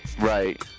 Right